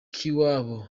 k’iwabo